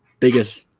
biggest